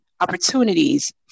opportunities